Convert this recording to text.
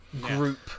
group